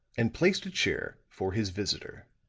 and placed a chair for his visitor.